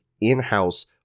in-house